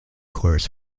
course